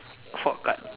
four card